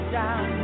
down